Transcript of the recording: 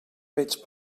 veig